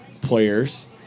players